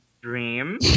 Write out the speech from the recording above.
Dream